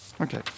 Okay